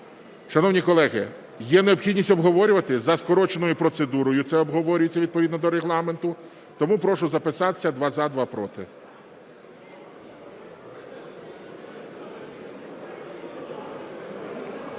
Шановні колеги, є необхідність обговорювати? За скороченою процедурою це обговорюється відповідно до Регламенту. Тому прошу записатися: два – за, два – проти.